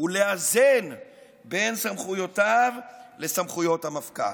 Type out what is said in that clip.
ולאזן בין סמכויותיו לסמכויות המפכ"ל.